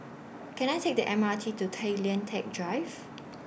Can I Take The M R T to Tay Lian Teck Drive